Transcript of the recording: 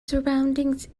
surroundings